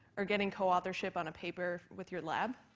or getting co-authorship on a paper with your lab?